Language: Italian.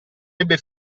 ebbe